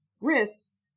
risks